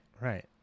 Right